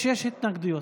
יש התנגדויות.